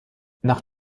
nach